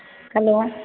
hello